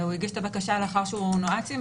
והוא הגיש את הבקשה לאחר שהוא נועץ עם